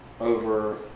Over